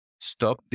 stop